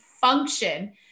function